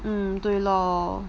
mm 对 lor